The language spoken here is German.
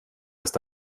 ist